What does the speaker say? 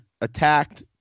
attacked